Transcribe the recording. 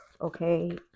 Okay